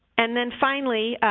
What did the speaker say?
and then, finally,